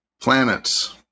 planets